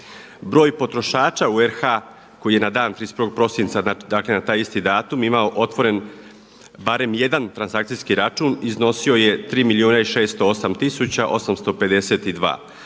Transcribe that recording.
Broj potrošača u RH koji je na dan 31. prosinca, dakle na taj isti datum imao otvoren barem jedan transakcijski račun iznosio je 3